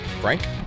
Frank